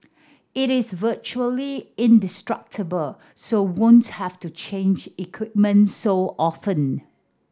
it is virtually indestructible so won't have to change equipment so often